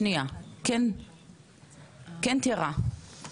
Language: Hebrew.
שקד לאפשר אשרות עבודה לפליטות ופליטי אוקראינה